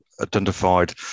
identified